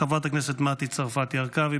חברת הכנסת מטי צרפת הרכבי,